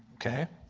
okay.